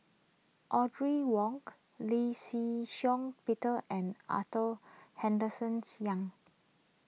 Audrey Wong Lee Shih Shiong Peter and Arthur Henderson Young